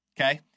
Okay